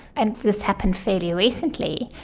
and this happened fairly recently,